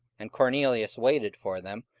and cornelius waited for them,